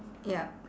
ya